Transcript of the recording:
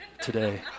today